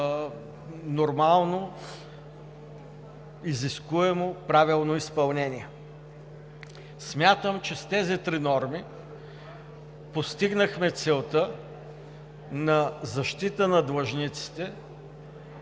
нормално, изискуемо, правилно изпълнение. Смятам, че с тези три норми постигнахме целта на защита на длъжниците